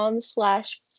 slash